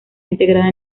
integrada